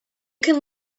can